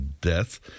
death